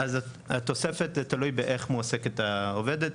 התוספת, זה תלוי באיך מועסקת העובדת.